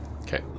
Okay